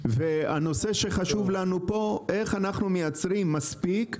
והנושא שחשוב לנו פה הוא איך אנחנו מייצרים מספיק.